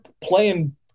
playing